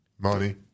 Money